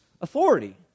authority